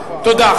תודה.